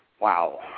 Wow